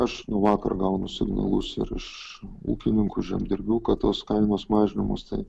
aš nuo vakar gaunu signalus ir iš ūkininkų žemdirbių kad tos kainos mažinamos tai